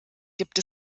gibt